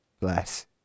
bless